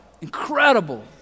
incredible